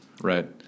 Right